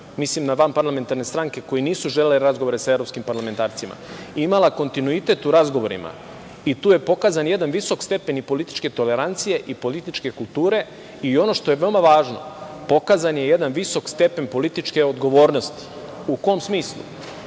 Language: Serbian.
mislim na vanparlamentarne stranke koje nisu želele razgovore sa evropskim parlamentarcima, imala kontinuitet u razgovorima i tu je pokazan jedan visok stepen i političke tolerancije i političke kulture. Ono što je veoma važno, pokazan je jedan visok stepen političke odgovornosti.U kom smislu?